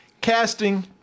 Casting